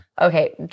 Okay